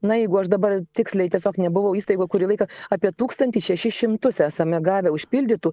na jeigu aš dabar tiksliai tiesiog nebuvau įstaigoj kurį laiką apie tūkstantį šešis šimtus esame gavę užpildytų